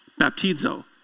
baptizo